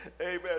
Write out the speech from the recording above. Amen